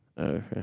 okay